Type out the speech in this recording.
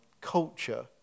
culture